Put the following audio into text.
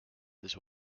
this